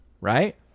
right